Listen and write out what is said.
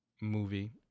movie